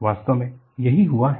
वास्तव में यही हुआ है